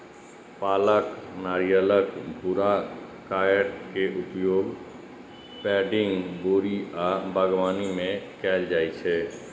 पाकल नारियलक भूरा कॉयर के उपयोग पैडिंग, बोरी आ बागवानी मे कैल जाइ छै